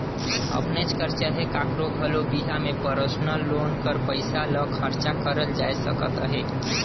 अपनेच कर चहे काकरो घलो बिहा में परसनल लोन कर पइसा ल खरचा करल जाए सकत अहे